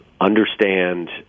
understand